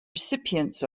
recipients